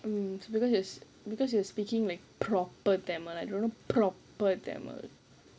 hmm because yo~ because you were speaking like proper tamil I don't know proper tamil